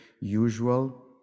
usual